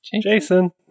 jason